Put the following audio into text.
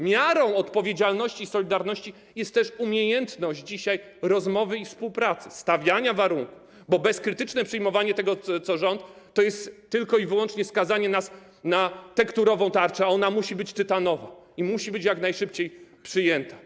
Miarą odpowiedzialności i solidarności jest też umiejętność dzisiaj rozmowy i współpracy, stawiania warunków, bo bezkrytyczne przyjmowanie tego, co proponuje rząd, to jest tylko i wyłącznie skazanie nas na tekturową tarczę, a ona musi być tytanowa i musi być jak najszybciej przyjęta.